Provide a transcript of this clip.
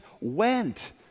went